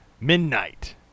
Midnight